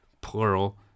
Plural